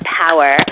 power